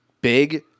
big